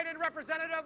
representative